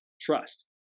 trust